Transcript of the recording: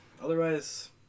otherwise